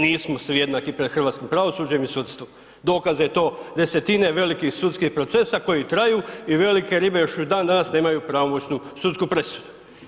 Nismo svi jednaki pred hrvatskim pravosuđem i sudstvom, dokaz da je to desetine velikih sudskih procesa koji traju i velike ribe još i dan danas nemaju pravomoćnu sudsku presudu.